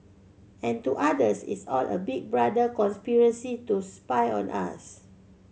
and to others it's all a Big Brother conspiracy to spy on us